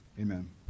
amen